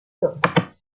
nantes